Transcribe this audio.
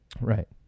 Right